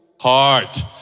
heart